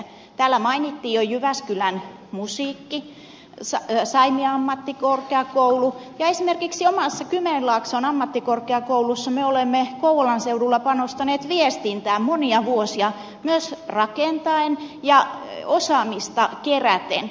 täällä mainittiin jo jyväskylän musiikki saimia ammattikorkeakoulu ja esimerkiksi omassa kymenlaakson ammattikorkeakoulussamme olemme kouvolan seudulla panostaneet viestintään monia vuosia myös rakentaen ja osaamista keräten